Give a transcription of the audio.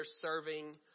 serving